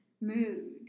mood